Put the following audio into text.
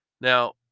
Now